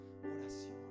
oración